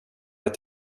ett